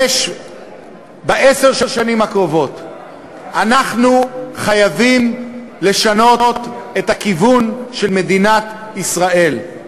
בעשר השנים הקרובות אנחנו חייבים לשנות את הכיוון של מדינת ישראל.